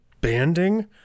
banding